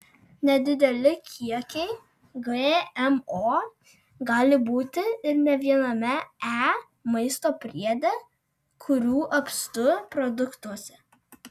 nedideli kiekiai gmo gali būti ir ne viename e maisto priede kurių apstu produktuose